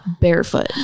barefoot